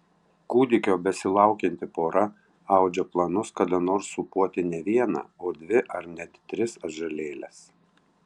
kūdikio besilaukianti pora audžia planus kada nors sūpuoti ne vieną o dvi ar net tris atžalėles